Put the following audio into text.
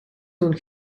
doen